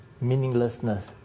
Meaninglessness